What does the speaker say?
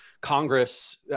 Congress